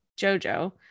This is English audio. jojo